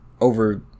over